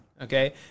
Okay